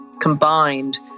combined